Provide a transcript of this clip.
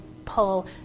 Pull